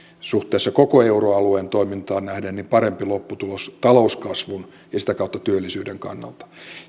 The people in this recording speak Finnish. koko euroalueen toimintaan nähden parempi lopputulos talouskasvun ja sitä kautta työllisyyden kannalta